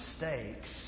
mistakes